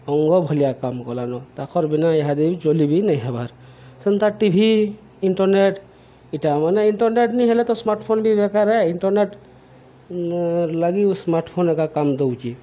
ଅଙ୍ଗ ଭଲିଆ କାମ୍ କଲାନ ତାକର୍ ବିନା ଇହାଦେ ଚଲି ବି ନାଇଁ ହେବାର୍ ସେନ୍ତାର୍ ଟି ଭି ଇଣ୍ଟର୍ନେଟ୍ ଇଟାମାନେ ଇଣ୍ଟର୍ନେଟ୍ ନି ହେଲେ ତ ସ୍ମାର୍ଟ୍ଫୋନ୍ ବି ବେକାର୍ ଏ ଇଣ୍ଟର୍ନେଟ୍ ଲାଗି ସ୍ମାର୍ଟ୍ଫୋନ୍ ଏକା କାମ୍ ଦଉଛେ